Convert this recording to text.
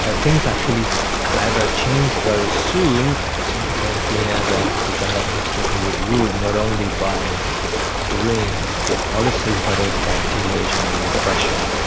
ah things actually either changed very soon, it soon became clear that the jammeh administration would rule not only by doing good policies but also by intimidation and repression,